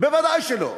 ודאי שלא.